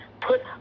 put